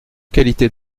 qualité